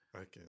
Okay